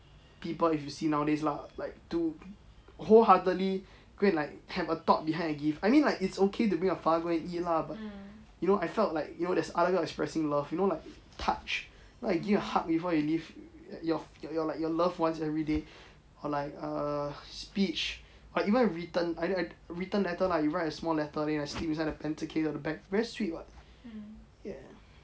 people if you see nowadays lah like do cold heartly create like have a thought behind the gift I mean it's okay to bring your father go and eat lah but you know I felt like you know there is other kind of expressing love you know like touch like give a hug before you leave your your like your love ones everyday or like err speech or even written I I written letter lah you write a small letter then you slip inside the pencil case at the back very sweet [what] !yay!